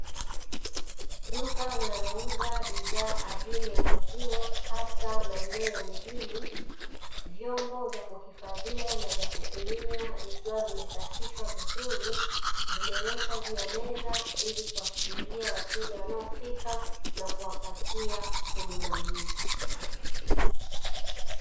Duka linalouza bidhaa adimu ya maziwa hasa maeneo ya mijini, vyombo vya kuhifadhia na vya kupimia vikiwa vimesafishwa vizuri. Zimewekwa juu ya meza ili kuwasubiri wateja wanaofika, na kuwapatia huduma hii.